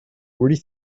where